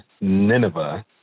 Nineveh